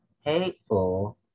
hateful